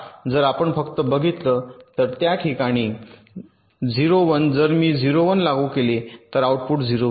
जर आपण फक्त बघितले तर त्याठिकाणी 0 1 जर मी 0 1 लागू केले तर आउटपुट 0 होईल